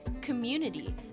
community